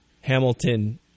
Hamilton